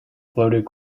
floated